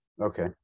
Okay